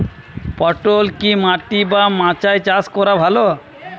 পটল কি মাটি বা মাচায় চাষ করা ভালো?